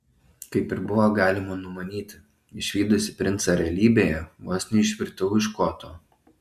kaip ir buvo galima numanyti išvydusi princą realybėje vos neišvirtau iš koto